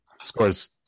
scores